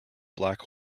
black